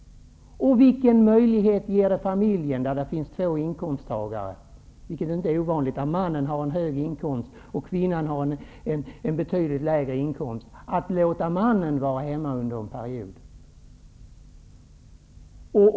Vilken möjlighet ger det familjen där det finns två inkomsttagare, vilket inte är ovanligt, och där mannen har en hög inkomst och kvinnan en betydligt lägre, att låta mannen vara hemma under en period?